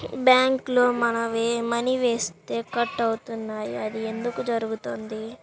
బ్యాంక్లో మని వేస్తే కట్ అవుతున్నాయి అది ఎందుకు జరుగుతోంది?